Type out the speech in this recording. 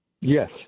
Yes